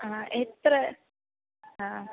ആ എത്ര ആ